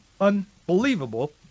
unbelievable